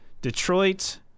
Detroit